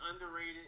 underrated